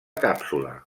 càpsula